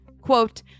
quote